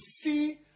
see